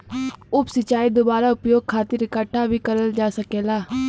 उप सिंचाई दुबारा उपयोग खातिर इकठ्ठा भी करल जा सकेला